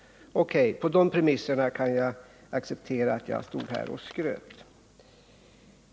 O.K., på de premisserna kan jag acceptera att jag stod här och skröt.